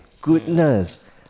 Goodness